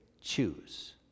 choose